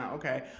ok,